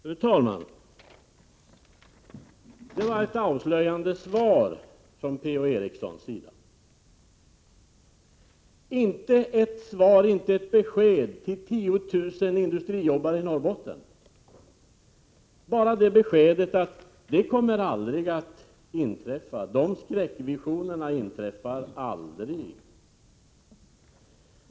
Fru talman! Det var ett avslöjande svar från Per-Ola Eriksson. Det gav inte något som helst besked till 10 000 industriarbetare i Norrbotten. Han gav bara det beskedet att dessa skräckvisioner aldrig kommer att bli verklighet.